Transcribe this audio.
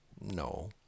No